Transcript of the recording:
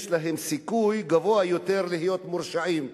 יש להם סיכוי גבוה יותר להיות מורשעים,